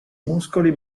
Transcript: muscoli